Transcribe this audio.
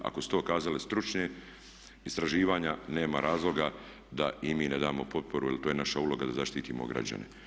Ako su to kazali stručna istraživanja nema razloga da i mi ne damo potporu, jer to je naša uloga da zaštitimo građane.